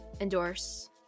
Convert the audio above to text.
endorse